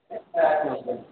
okay